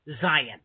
Zion